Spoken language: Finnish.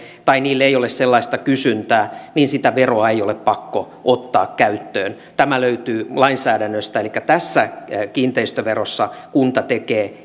tai niille ei ole sellaista kysyntää ja sitä veroa ei ole pakko ottaa käyttöön tämä löytyy lainsäädännöstä elikkä tässä kiinteistöverossa kunta tekee